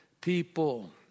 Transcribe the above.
people